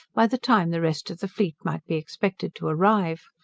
by the time the rest of the fleet might be expected to arrive.